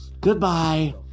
goodbye